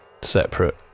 separate